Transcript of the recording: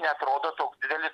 neatrodo toks didelis